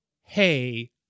hey